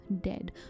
dead